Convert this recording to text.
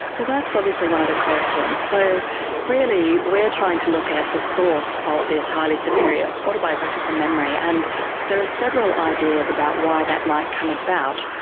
well, that's obviously one of the questions. so really we are trying to look at the source of this highly superior autobiographical memory. and there are several ideas about why that might come about.